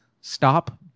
stop